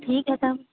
ٹھیک ہے تب